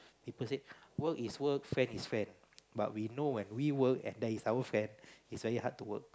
people say work is work friend is friend but we know when we work and they if our friend it is very hard to work